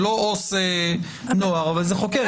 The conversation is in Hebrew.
זה לא עובד סוציאלי לנוער, אבל זה חוקר ילדים.